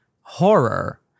horror